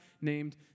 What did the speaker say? named